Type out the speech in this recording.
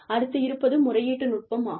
அடுத்து இருப்பதுமுறையீட்டுநுட்பம்ஆகும்